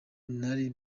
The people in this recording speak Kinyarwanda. nari